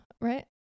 right